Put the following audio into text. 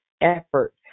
effort